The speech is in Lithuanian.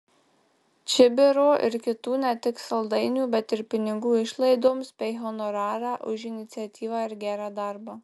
čibiro ir kitų ne tik saldainių bet ir pinigų išlaidoms bei honorarą už iniciatyvą ir gerą darbą